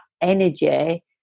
energy